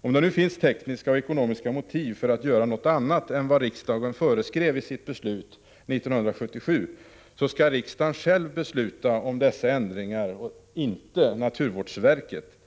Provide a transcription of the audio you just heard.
Om det nu finns tekniska och ekonomiska motiv för att göra något annat än vad riksdagen föreskrev i sitt beslut 1977, så skall riksdagen själv besluta om detta — inte naturvårdsverket!